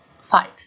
side